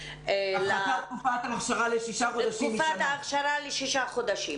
הפחתת תקופת האכשרה לשישה חודשים במקום שנה.